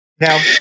Now